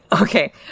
Okay